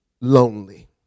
lonely